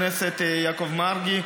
לחבר הכנסת יעקב מרגי,